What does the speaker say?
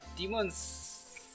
Demon's